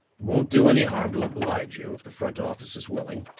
won't do any harm to oblige you, if the front office is willing.